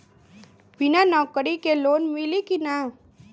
बिना नौकरी के लोन मिली कि ना?